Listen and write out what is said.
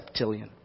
septillion